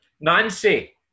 Nancy